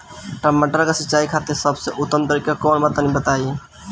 टमाटर के सिंचाई खातिर सबसे उत्तम तरीका कौंन बा तनि बताई?